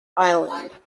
island